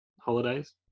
holidays